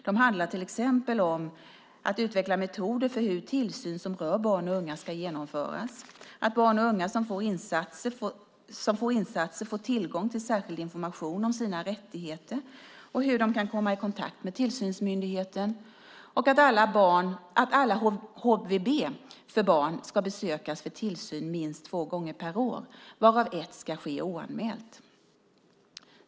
De handlar till exempel om att utveckla metoder för hur tillsyn som rör barn och unga ska genomföras, att barn och unga som får insatser får tillgång till särskild information om sina rättigheter och hur de kan komma i kontakt med tillsynsmyndigheten samt att alla HVB för barn ska besökas för tillsyn minst två gånger per år, varav ett besök ska ske oanmält.